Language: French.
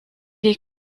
est